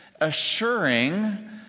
assuring